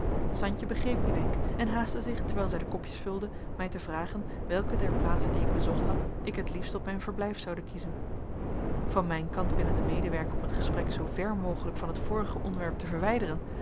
santje begreep dien wenk en haastte zich terwijl zij de kopjes vulde mij te vragen welke der plaatsen die ik bezocht had ik het liefst tot mijn verblijf zoude kiezen van mijn kant willende medewerken om het gesprek zoo ver mogelijk van het vorige onderwerp te verwijderen